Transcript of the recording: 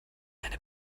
eine